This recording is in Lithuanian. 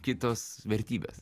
kitos vertybės